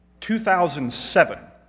2007